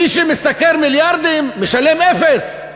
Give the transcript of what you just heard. מי שמשתכר מיליארדים משלם אפס.